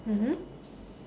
mmhmm